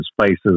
spaces